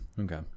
okay